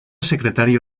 secretario